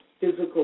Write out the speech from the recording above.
physical